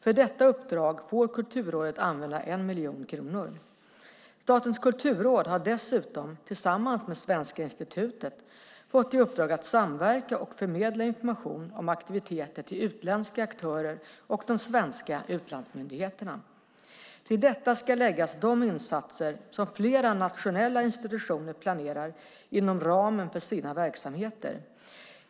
För detta uppdrag får Kulturrådet använda 1 miljon kronor. Statens kulturråd har dessutom tillsammans med Svenska institutet fått i uppdrag att samverka och förmedla information om aktiviteter till utländska aktörer och de svenska utlandsmyndigheterna. Till detta ska läggas de insatser som flera nationella institutioner planerar inom ramen för sina verksamheter.